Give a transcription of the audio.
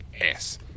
ass